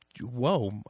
whoa